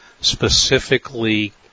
specifically